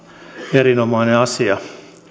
erinomainen asia